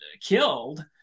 killed